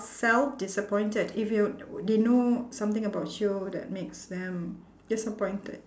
self disappointed if you they know something about you that makes them disappointed